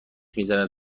میزنه